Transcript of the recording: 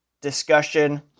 discussion